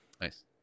Nice